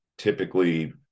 typically